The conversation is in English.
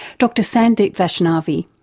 dr sandeep vaishnavi.